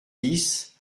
dix